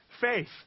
faith